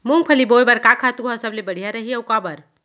मूंगफली बोए बर का खातू ह सबले बढ़िया रही, अऊ काबर?